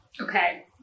Okay